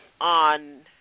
on